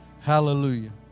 Hallelujah